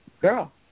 girl